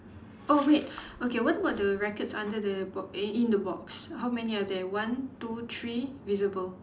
oh wait okay what about the rackets under the bo~ eh in the box how many are there one two three visible